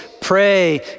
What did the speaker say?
pray